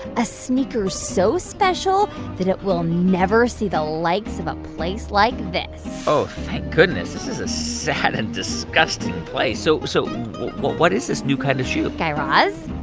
a sneaker so special that it will never see the likes of a ah place like this oh, thank goodness. this is a sad and disgusting place. so so what what is this new kind of shoe? guy raz,